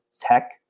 tech